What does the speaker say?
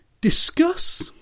discuss